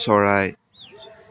চৰাই